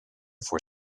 for